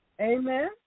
Amen